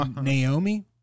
Naomi